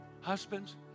Husbands